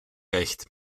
recht